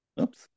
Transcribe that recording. Oops